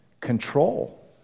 control